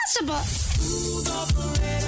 impossible